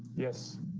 yes,